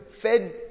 fed